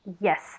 Yes